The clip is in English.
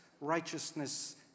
righteousness